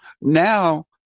now